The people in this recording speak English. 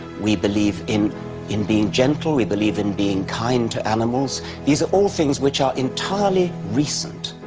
we believe in in being gentle. we believe in being kind to animals these are all things which are entirely recent.